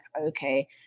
okay